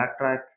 backtrack